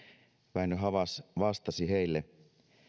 väinö havas vastasi heille